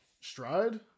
Stride